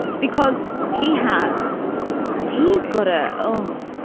because he has he's got a knife. he's got a oh.